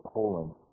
Poland